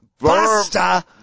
Buster